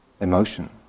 emotion